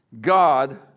God